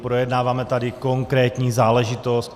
Projednáváme tady konkrétní záležitost.